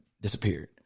disappeared